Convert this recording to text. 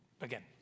again